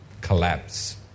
collapse